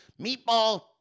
Meatball